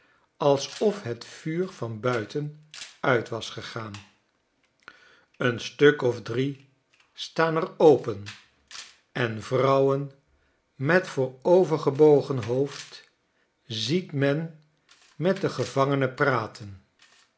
alsof het vuur van buiten uit was gegaan een stuk of drie staan er open en vrouwen met voorovergebogen hoofd ziet men met de gevangenen praten